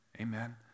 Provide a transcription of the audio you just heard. amen